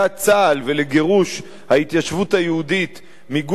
ולגירוש ההתיישבות היהודית מגוש-קטיף,